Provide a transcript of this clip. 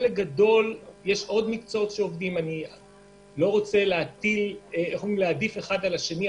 אני לא רוצה להעדיף אחד על השני,